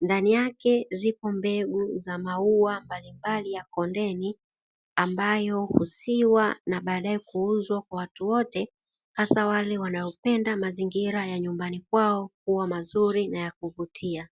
ndani yake zipo mbegu za maua mbalimbali ya kondeni, ambayo husiwa na baadaye kuuzwa kwa watu wote, hasa wale wanaopenda mazingira ya nyumbani kwao kuwa mazuri na ya kuvutia.